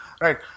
Right